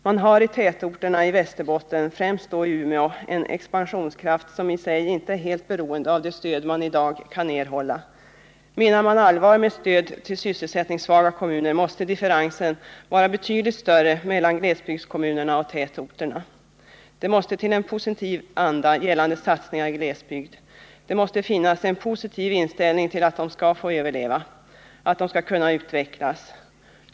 Man har i tätorterna i Västerbotten, främst då i Umeå, en expansionskraft som i sig inte är helt beroende av de stöd man i dag kan erhålla. Menar man allvar med stöd till sysselsättningssvaga kommuner måste differensen vara betydligt större mellan glesbygdskommunerna och tätorterna. Det måste till en positiv anda gällande satsningar i glesbygd. Det måste finnas en positiv inställning till att glesbygder skall få överleva, att de skall kunna utvecklas.